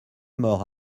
mort